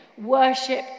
worship